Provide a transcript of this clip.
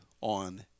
on